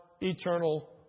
eternal